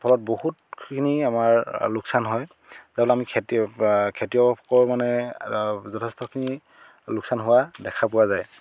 ফলত বহুতখিনি আমাৰ লোকচান হয় কাৰণ আমি খেতি খেতিয়কৰ মানে যথেষ্টখিনি লোকচান হোৱা দেখা পোৱা যায়